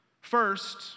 First